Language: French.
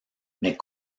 mais